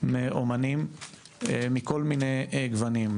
מאומנים מכל מיני גוונים,